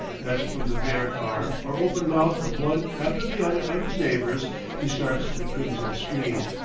as from the bared arm or open mouth of one after the other of his neighbors he starts the crimson stream.